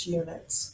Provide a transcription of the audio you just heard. units